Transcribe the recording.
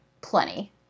plenty